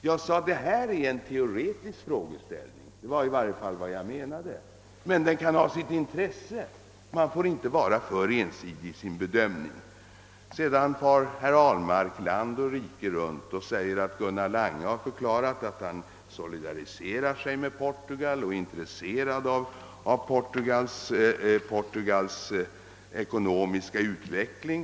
Jag framhöll att detta är en teoretisk frågeställning — det var i varje fall vad jag menade — men att den kan ha sitt intresse. Man får inte vara för ensidig i sin bedömning. Herr Ahlmark far nu land och rike runt och säger att Gunnar Lange har förklarat att han solidariserar sig med Portugal och är intresserad av Portugals ekonomiska utveckling.